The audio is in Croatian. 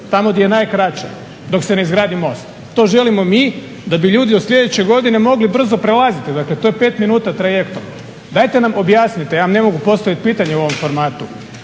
tamo gdje je najkraće dok se ne izgradi most. To želimo mi, da bi ljudi od sljedeće godine mogli brzo prelaziti. Dakle, to je pet minuta trajektom. Dajte nam objasnite, ja vam ne mogu postaviti pitanje u ovom formatu.